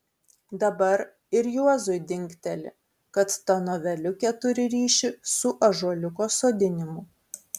dabar ir juozui dingteli kad ta noveliukė turi ryšį su ąžuoliuko sodinimu